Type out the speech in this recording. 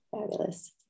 Fabulous